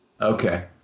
Okay